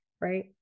right